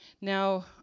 Now